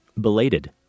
belated